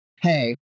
hey